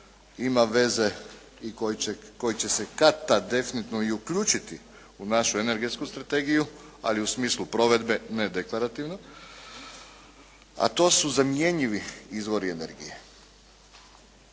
ima veze i koji će se kad-tad definitivno i uključiti u našu energetsku strategiju, ali u smislu provedbe, ne deklarativno, a to su zamjenjivi izvori energije.